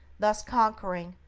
thus conquering,